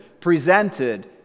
presented